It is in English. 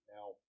Now